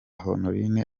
honorine